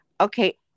Okay